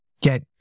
get